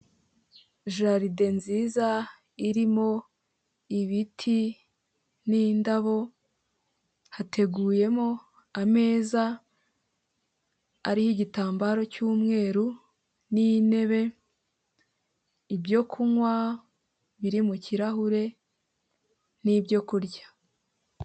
Jaride nziza irimo ibiti n'indabo hateguyemo ameza ariho igitambaro cy'umweru n'intebe, ibyo kunywa biri mu kirahure n'ibyo kurya.